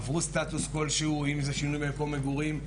עבור סטטוס כלשהו, אם זה שינוי מקום מגורים.